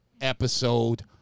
episode